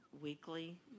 weekly